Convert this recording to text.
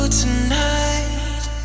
tonight